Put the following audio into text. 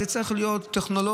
זה צריך להיות טכנולוגי